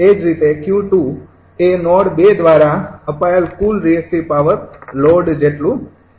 એ જ રીતે 𝑄૨ એ નોડ ૨ દ્વારા અપાયેલ કુલ રિએક્ટિવ પાવર લોડ જેટલું છે